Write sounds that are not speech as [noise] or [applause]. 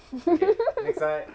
[laughs]